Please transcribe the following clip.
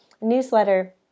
newsletter